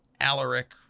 Alaric